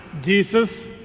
Jesus